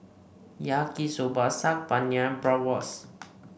Yaki Soba Saag Paneer Bratwurst